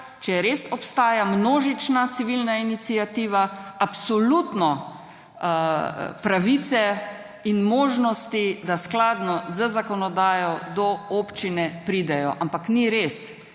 če res obstaja množična civilna iniciativa, absolutno pravice in možnosti, da skladno z zakonodajo do občine pridejo. Ampak ni res.